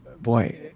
boy